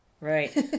right